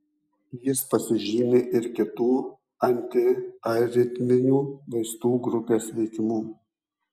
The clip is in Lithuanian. jis pasižymi ir kitų antiaritminių vaistų grupės veikimu